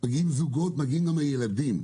מגיעים זוגות ומגיעים גם הילדים,